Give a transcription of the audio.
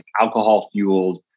alcohol-fueled